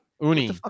Uni